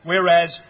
Whereas